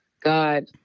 God